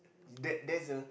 that there's a